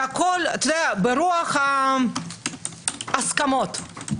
והכול ברוח ההסכמות.